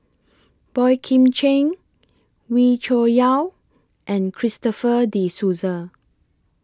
Boey Kim Cheng Wee Cho Yaw and Christopher De Souza